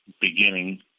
beginning